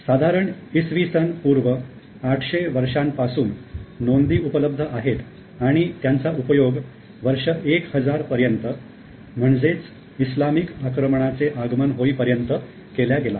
साधारण इसवी सन पूर्व आठशे वर्षांपासून नोंदी उपलब्ध आहेत आणि त्यांचा उपयोग वर्ष 1000 पर्यंत म्हणजेच इस्लामिक आक्रमणाचे आगमन होईपर्यंत केल्या गेला